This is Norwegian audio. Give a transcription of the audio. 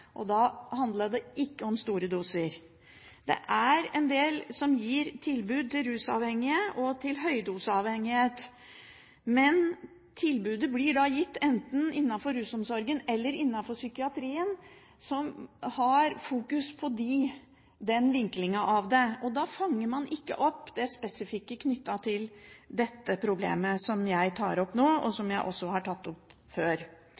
Og da handlet det ikke om store doser. Det er en del som gir tilbud til rusavhengige, og i forhold til høydoseavhengighet. Men tilbudet blir da gitt enten innenfor rusomsorgen eller innenfor psykiatrien, som fokuserer på den vinklingen. Da fanger man ikke opp det spesifikke knyttet til dette problemet som jeg tar opp nå, og som jeg også har tatt opp før.